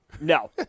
No